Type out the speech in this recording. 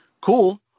cool